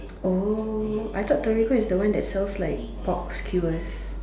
oh I thought Torigo is the one that sells like pork skewers